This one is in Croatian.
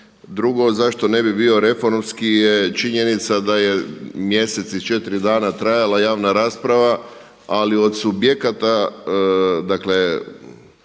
Drugo, zašto ne bi bio reformski je činjenica da je mjesec i četiri dana trajala javna rasprava. Ali od subjekata, dakle